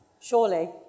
Surely